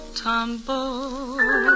tumble